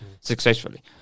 successfully